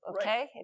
okay